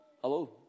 Hello